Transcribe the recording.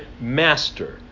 master